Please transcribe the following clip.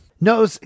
no